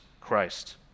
Christ